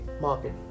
market